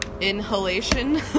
inhalation